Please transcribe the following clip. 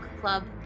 club